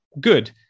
good